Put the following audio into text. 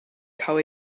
cael